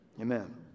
Amen